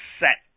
set